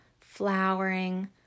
flowering